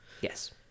Yes